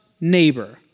neighbor